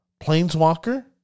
Planeswalker